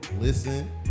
listen